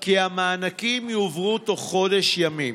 כי המענקים יועברו בתוך חודש ימים